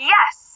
Yes